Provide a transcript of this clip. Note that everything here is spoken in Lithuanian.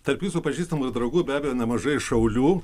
tarp jūsų pažįstamų ir draugų be abejo nemažai šaulių